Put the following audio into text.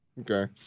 Okay